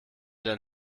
denn